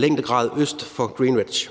længdegrad øst for Greenwich.